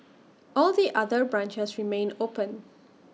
all the other branches remain open